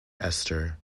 esther